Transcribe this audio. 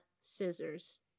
scissors